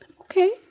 Okay